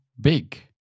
big